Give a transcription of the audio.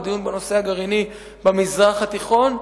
בדיון בנושא הגרעיני במזרח התיכון,